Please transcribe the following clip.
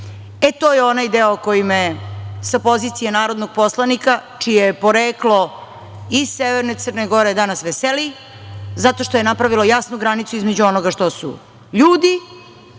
to je onaj deo koji me sa pozicije narodnog poslanika čije je poreklo iz severne Crne Gore danas veseli, zato što je napravilo jasnu granicu između onoga što su ljudi,